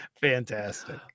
fantastic